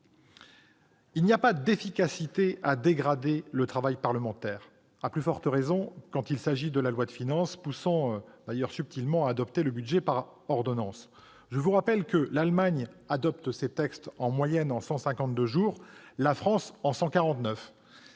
Il n'y a aucune efficacité à la dégradation du travail parlementaire, à plus forte raison quand il s'agit de la loi de finances, poussant ainsi subtilement à adopter le budget par ordonnances. Je vous le rappelle, l'Allemagne adopte ses textes en moyenne en 152 jours, contre 149